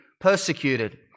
persecuted